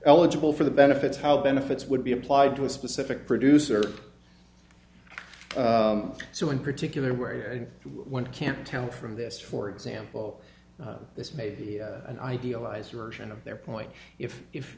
eligible for the benefits how benefits would be applied to a specific producer so in particular where one can't tell from this for example this may be an idealized version of their point if if